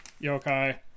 yokai